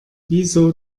wieso